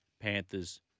Panthers